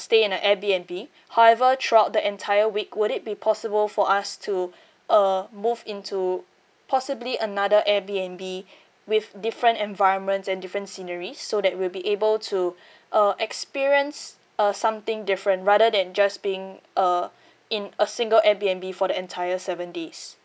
stay in a Airbnb however throughout the entire week would it be possible for us to uh move into possibly another Airbnb with different environments and different scenery so that we'll be able to uh experience uh something different rather than just being uh in a single Airbnb for the entire seven days